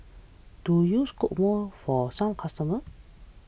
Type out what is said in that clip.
do you scoop more for some customers